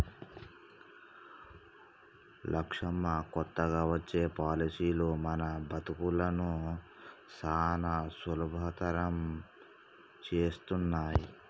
లక్ష్మమ్మ కొత్తగా వచ్చే పాలసీలు మన బతుకులను సానా సులభతరం చేస్తున్నాయి